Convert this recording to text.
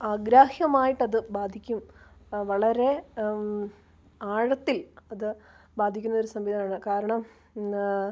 ആഗ്രാഹ്യമായിട്ട് അത് ബാധിക്കും വളരെ ആഴത്തിൽ അത് ബാധിക്കുന്ന ഒരു സംവിധാനമാണ് കാരണം ഇന്ന്